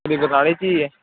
ਅੱਛਾ ਬਰਨਾਲੇ 'ਚ ਹੈ